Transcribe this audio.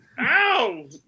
Ow